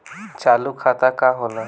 चालू खाता का होला?